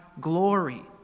glory